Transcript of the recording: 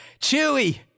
chewy